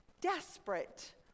desperate